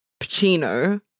Pacino